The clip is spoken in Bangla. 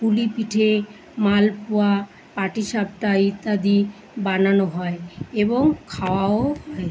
পুলি পিঠে মালপোয়া পাটি সাপটা ইত্যাদি বানানো হয় এবং খাওয়াও হুম